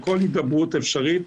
בכל הידברות אפשרית,